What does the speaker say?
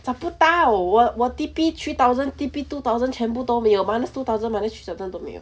找不到我我 T_P three thousand T_P two thousand 全部都没有 minus two thousand minus three thousand 都没有